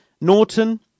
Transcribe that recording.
Norton